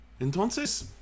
Entonces